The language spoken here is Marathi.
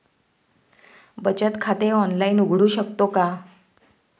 बचत खाते ऑनलाइन उघडू शकतो का?